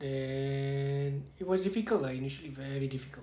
then it was difficult lah initially very difficult